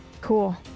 Cool